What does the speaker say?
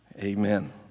Amen